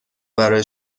برای